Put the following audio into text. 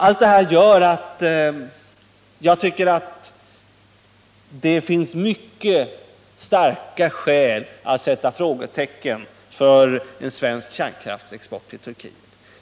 Allt det här gör att jag tycker att det finns mycket starka skäl att sätta frågetecken för en svensk kärnkraftsexport till Turkiet.